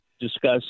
discuss